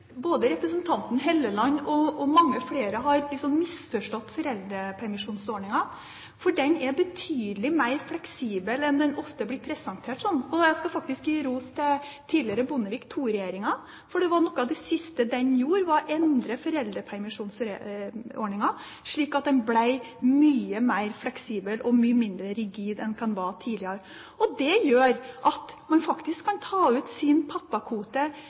både representanten Hofstad Helleland og mange flere har misforstått foreldrepermisjonsordningen, for den er betydelig mer fleksibel enn den ofte blir presentert som. Jeg skal faktisk gi ros til Bondevik II-regjeringen, for noe av det siste den gjorde, var å endre foreldrepermisjonsordningen slik at den ble mye mer fleksibel og mye mindre rigid enn hva den var tidligere. Det gjør at man kan ta ut